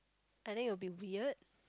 I think it will be weird